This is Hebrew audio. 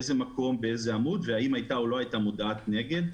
באיזה מקום ובאיזה עמוד והאם הייתה או לא הייתה מודעת נגד.